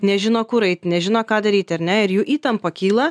nežino kur eit nežino ką daryti ar ne ir jų įtampa kyla